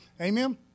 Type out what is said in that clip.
Amen